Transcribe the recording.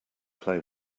play